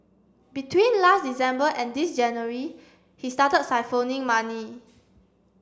between last December and this January he started siphoning money